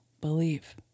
believe